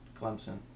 Clemson